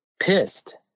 pissed